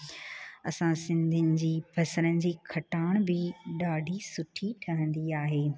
असां सिंधियुनि जी बसरनि जी खटाण बि ॾाढी सुठी ठहंदी आहे